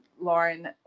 Lauren